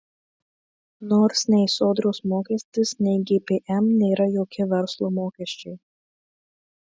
nors nei sodros mokestis nei gpm nėra jokie verslo mokesčiai